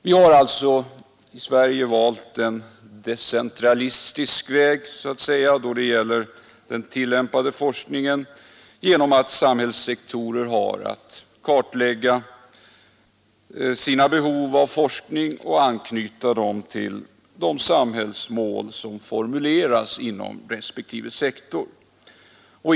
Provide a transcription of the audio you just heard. Vi har alltså i Sverige valt en decentralistisk väg då det gäller den tillämpade forskningen, genom att olika samhällssektorer har att kartlägga sina behov av forskning och anknyta dem till de samhällsmål som formuleras inom respektive sektor.